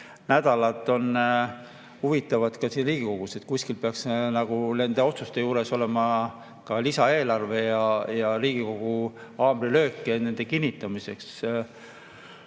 nädalad on huvitavad ka siin Riigikogus. Kuskil peaks nagu nende otsuste juures olema ka lisaeelarve ja Riigikogu haamrilöök nende kinnitamiseks. Aga